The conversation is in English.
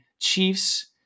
chiefs